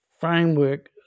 framework